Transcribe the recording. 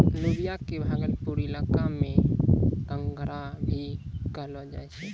लोबिया कॅ भागलपुर इलाका मॅ घंघरा भी कहलो जाय छै